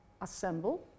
assemble